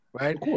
right